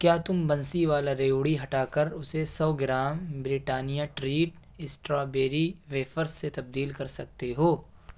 کیا تم بنسی والا ریوڑی ہٹا کر اسے سو gram Britannia treat strawberry wafers سے تبدیل کر سکتے ہو